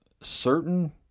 certain